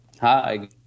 Hi